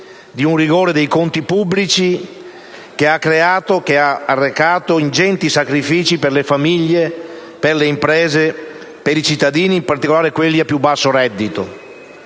di un rigore sui conti pubblici che ha richiesto ingenti sacrifici alle famiglie, alle imprese, ai cittadini, in particolare quelli a più basso reddito.